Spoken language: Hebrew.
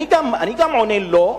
אני גם הייתי עונה: לא.